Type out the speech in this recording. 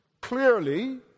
Clearly